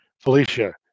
Felicia